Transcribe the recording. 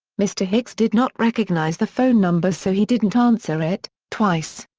mr. hicks did not recognize the phone number so he didn't answer it, twice.